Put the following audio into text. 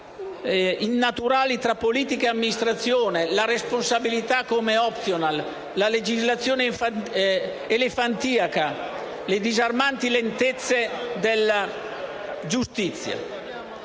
innaturali tra politica e amministrazione, responsabilità come *optional*, legislazione elefantiaca, disarmanti lentezze della giustizia.